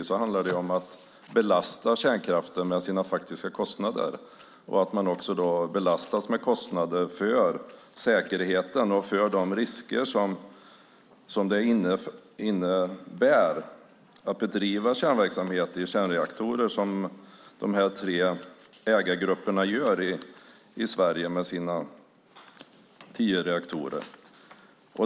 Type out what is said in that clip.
Det handlar om att belasta kärnkraften med dess faktiska kostnader, även för säkerheten och för de risker som det innebär att bedriva kärnverksamhet i kärnreaktorer som de här tre ägargrupperna gör i Sverige med sina tio reaktorer.